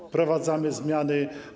Wprowadzamy zmiany.